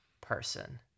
person